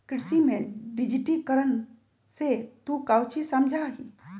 कृषि में डिजिटिकरण से तू काउची समझा हीं?